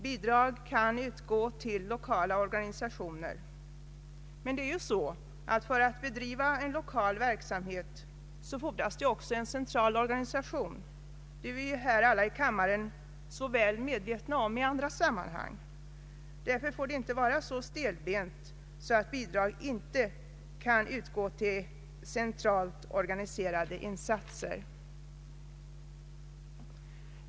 Bidrag kan utgå till lokala organisationer, men för att bedriva en lokal verksamhet fordras också en central organisation — det är vi alla här i kammaren så väl medvetna om i andra sammanhang. Det bör därför inte vara så stelbent att bidrag inte kan utgå till centralt organiserade insatser.